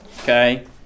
Okay